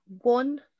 one